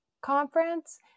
Conference